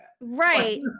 right